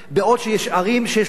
בעוד שיש ערים שיש להן